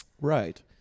Right